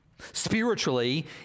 Spiritually